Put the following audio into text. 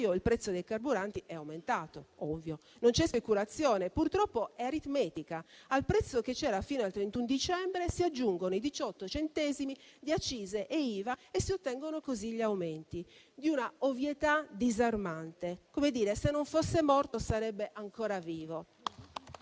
il prezzo dei carburanti è aumentato. Ovvio. Non c'è speculazione, purtroppo è aritmetica. Al prezzo che c'era fino al 31 dicembre si aggiungono i 18 centesimi di accise e IVA e si ottengono così gli aumenti. Di una ovvietà disarmante, come dire: se non fosse morto, sarebbe ancora vivo.